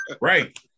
Right